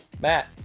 Matt